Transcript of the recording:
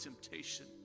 temptation